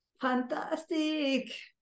Fantastic